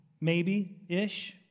Maybe-ish